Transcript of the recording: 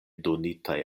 donitaj